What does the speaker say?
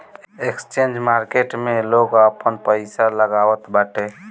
exchange market में लोग आपन पईसा लगावत बाटे